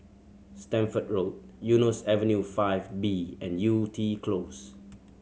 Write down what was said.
Stamford Road Eunos Avenue Five B and Yew Tee Close